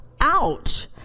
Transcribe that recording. Ouch